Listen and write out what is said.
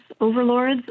overlords